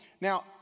now